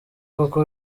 koko